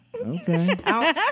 okay